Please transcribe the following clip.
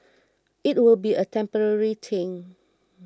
it will be a temporary thing